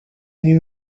knew